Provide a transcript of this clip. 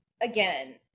again